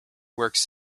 works